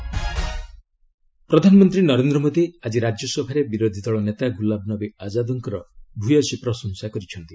PM Rajya Sabha ପ୍ରଧାନମନ୍ତ୍ରୀ ନରେନ୍ଦ ମୋଦୀ ଆଜି ରାଜ୍ୟସଭାରେ ବିରୋଧୀଦଳ ନେତା ଗୁଲାମ ନବୀ ଆଜାଦଙ୍କର ଭୟସୀ ପ୍ରଶଂସା କରିଛନ୍ତି